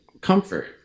comfort